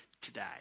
today